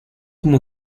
como